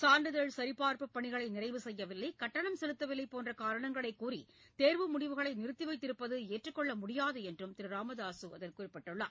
சான்றிதழ் சரிபார்ப்புப் பணிகளை நிறைவு செய்யவில்லை கட்டணம் செலுத்தவில்லை போன்ற காரணங்களை கூறி தேர்வு முடிவுகளை நிறுத்தி வைத்திருப்பது ஏற்கக்கொள்ள முடியாது என்றும் திரு ராமதாசு அதில் குறிப்பிட்டுள்ளார்